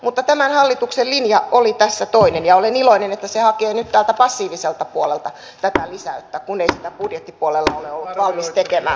mutta tämän hallituksen linja oli tässä toinen ja olen iloinen että se hakee nyt täältä passiiviselta puolelta tätä lisäystä kun ei sitä budjettipuolella ole ollut valmis tekemään